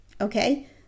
okay